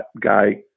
guy